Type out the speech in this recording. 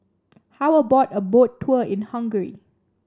how about a Boat Tour in Hungary